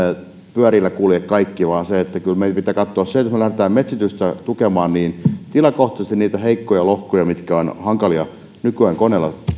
pyörillä kulje vaan kyllä meidän pitää katsoa se että jos me lähdemme metsitystä tukemaan niin tuetaan tilakohtaisesti niitä heikkoja lohkoja mitkä ovat hankalia nykyajan koneilla tuottaa